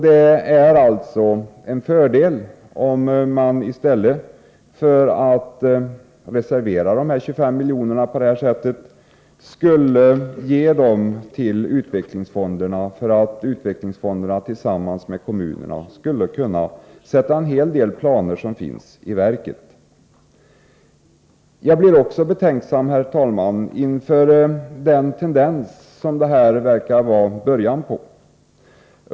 Det är alltså en fördel om man i stället för att reservera 25 miljoner på det här sättet ger dem till utvecklingsfonderna så att de tillsammans med kommunerna kan sätta en hel del planer som finns i verket. Jag blir också betänksam, herr talman, inför den tendens som detta verkar vara början på.